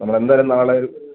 നമ്മൾ എന്തായാലും നാളെ